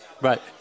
Right